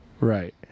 right